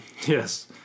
Yes